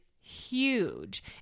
huge